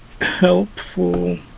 helpful